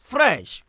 Fresh